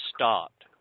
stopped